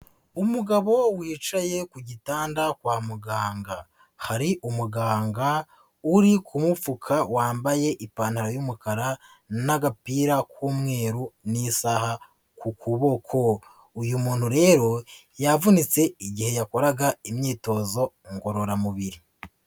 Umugabo wicaye ku gitanda kwa muganga, hari umuganga uri kumupfuka wambaye ipantaro y'umukara n'agapira k'umweru n'isaha ku kuboko, uyu muntu rero yavunitse igihe yakoraga imyitozo ngororamubiri.